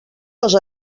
les